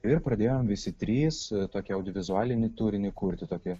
ir pradėjom visi trys tokį audiovizualinį turinį kurti tokį